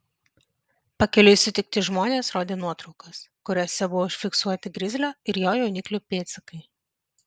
pakeliui sutikti žmonės rodė nuotraukas kuriose buvo užfiksuoti grizlio ir jo jauniklių pėdsakai